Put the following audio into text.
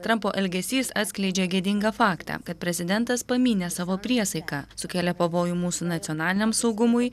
trampo elgesys atskleidžia gėdingą faktą kad prezidentas pamynė savo priesaiką sukėlė pavojų mūsų nacionaliniam saugumui